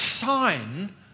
sign